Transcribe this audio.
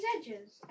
edges